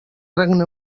regne